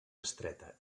estreta